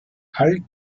all